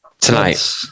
Tonight